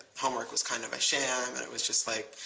homework was kind of a sham? i was just like,